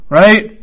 right